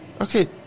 okay